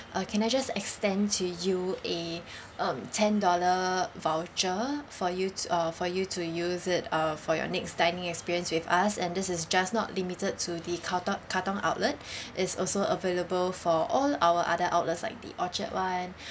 uh can I just extend to you a um ten dollar voucher for you to uh for you to use it uh for your next dining experience with us and this is just not limited to the katong katong outlet it's also available for all our other outlets like the orchard one